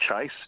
Chase